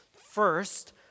First